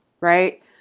right